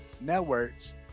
networks